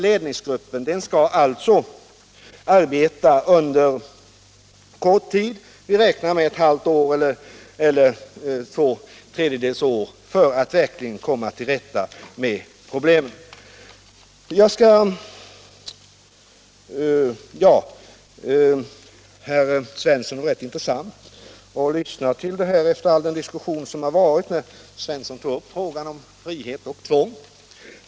Ledningsgruppen skall alltså arbeta under kort tid. Vi räknar med ett halvt år eller två tredjedels år för att verkligen komma till rätta med problemen. Det var ganska intressant att efter den diskussion som har varit lyssna till herr Svensson i Kungälv när han tog upp frågan om frihet och tvång.